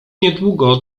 niedługo